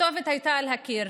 הכתובת הייתה על הקיר.